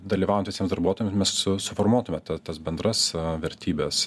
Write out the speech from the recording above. dalyvaujant visiems darbuotojam su suformuotume ta tas bendras vertybes